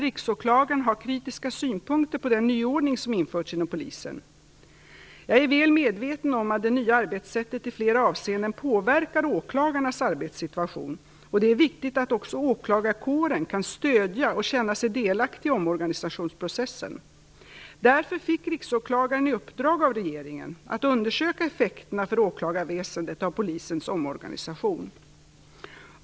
Riksåklagaren har kritiska synpunkter på den nyordning som införts inom polisen. Jag är väl medveten om att det nya arbetssättet i flera avseenden påverkar åklagarnas arbetssituation, och det är viktigt att också åklagarkåren kan stödja och känna sig delaktig i omorganisationsprocessen. Därför fick Riksåklagaren i uppdrag av regeringen att undersöka effekterna för åklagarväsendet av polisens omorganisation.